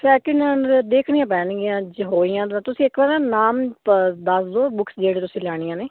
second hand ਦੇਖਣੀਆਂ ਪੈਣਗੀਆਂ ਹੋਈਆਂ ਤੁਸੀਂ ਇੱਕ ਵਾਰ ਨਾਮ ਦੱਸ ਦੋ ਬੁੱਕਸ ਜਿਹੜੇ ਤੁਸੀਂ ਲੈਣੀਆਂ ਨੇ